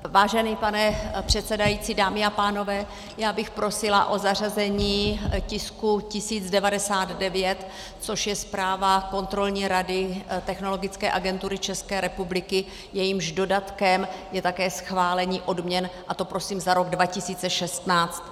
Vážený pane předsedající, dámy a pánové, já bych prosila o zařazení tisku 1099, což je Zpráva kontrolní rady Technologické agentury České republiky, jejímž dodatkem je také schválení odměn, a to prosím za rok 2016.